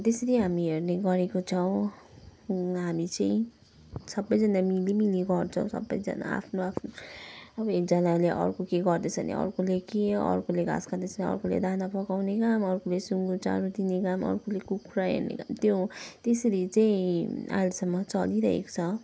त्यसरी हामी हेर्ने गरेको छौँ हामी चाहिँ सबैजना मिली मिली गर्छौँ सबैजना आफ्नो आफ्नो अब एकजनाले अर्को के गर्दैछ भने अर्कोले के अर्कोले घाँस काट्दैछ भने अर्कोले दाना पकाउने काम अर्कोले सुँगुर चारो दिने काम अर्कोले कुखुरा हेर्ने काम त्यो त्यसरी चाहिँ अहिलेसम्म चलिरहेको छ